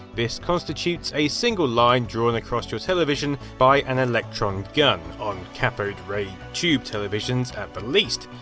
this constitutes a single line drawn across your television by an electron gun on cathode ray tube televisions at the least.